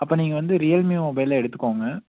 அப்போ நீங்கள் வந்து ரியல்மி மொபைலே எடுத்துக்கோங்க